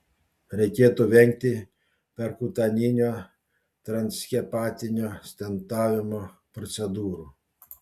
reikėtų vengti perkutaninio transhepatinio stentavimo procedūrų